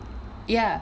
ya